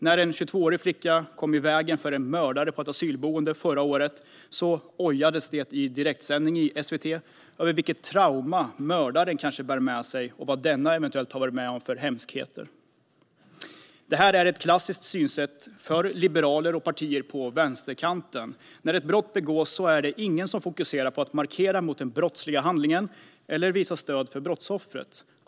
När en 22-årig flicka kom i vägen för en mördare på ett asylboende förra året ojades det i direktsändning i SVT över vilket trauma mördaren bar med sig och vad denne eventuellt hade varit med om för hemskheter. Detta är ett klassiskt synsätt för liberaler och partier på vänsterkanten. När ett brott begås är det ingen som fokuserar på att markera mot den brottsliga handlingen eller att visa stöd för brottsoffret.